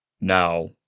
Now